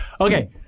Okay